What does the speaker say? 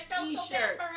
t-shirt